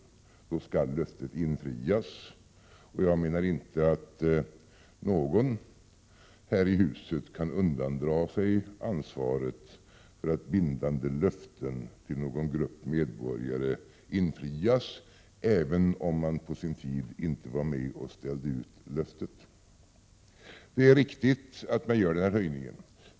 Då skall också löftet infrias. Jag menar att inte någon här i huset kan undandra sig ansvaret för att bindande löften till någon grupp medborgare infrias, även om man på sin tid inte var med och ställde ut löftena. Det är riktigt att man gör denna höjning.